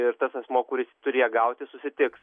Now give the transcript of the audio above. ir tas asmuo kuris turi ją gauti susitiks